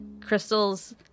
crystals